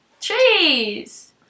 trees